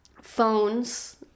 phones